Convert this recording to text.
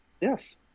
Yes